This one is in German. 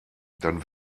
dann